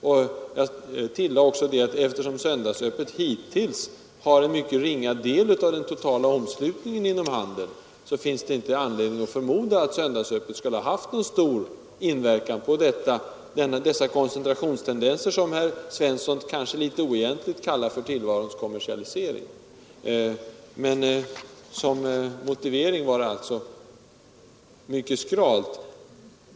Jag tillade: Eftersom söndagsöppet har en mycket ringa del av den totala omslutningen inom handeln, finns det inte någon anledning att förmoda att detta skulle ha haft någon större inverkan på de koncentrationstendenser, som herr Svensson kanske litet oegentligt kallade tillvarons kommersialisering. Det var en skral motivering.